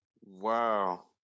Wow